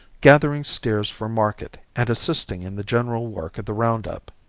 gathering steers for market and assisting in the general work of the round-up.